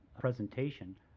presentation